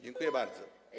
Dziękuję bardzo.